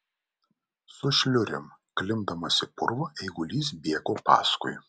su šliurėm klimpdamas į purvą eigulys bėgo paskui